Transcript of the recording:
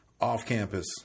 off-campus